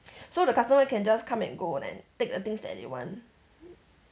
so the customer can just come and go then take the things that they want